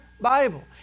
Bible